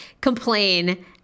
complain